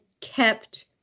kept